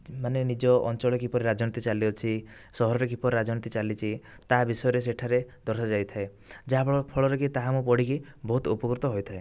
ମାନେ ନିଜ ଅଞ୍ଚଳରେ କିପରି ରାଜନୀତି ଚାଲିଅଛି ସହରରେ କିପରି ରାଜନୀତି ଚାଲିଛି ତା ବିଷୟରେ ସେଠାରେ ଦର୍ଶାଯାଇଥାଏ ଯାହା ଫଳ ଫଳରେକି ତାହା ମୁଁ ପଢ଼ିକି ବହୁତ ଉପକୃତ ହୋଇଥାଏ